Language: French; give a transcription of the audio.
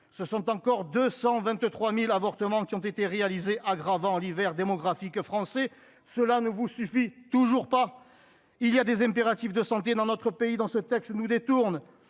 ce sont encore 223000 avortements qui ont été réalisés, aggravant l'hiver démographique français, cela ne vous suffit toujours pas, il y a des impératifs de santé dans notre pays, dans ce texte nous détourne